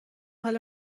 حال